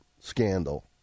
scandal